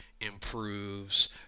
improves